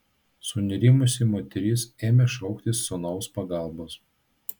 sunerimusi moteris ėmė šauktis sūnaus pagalbos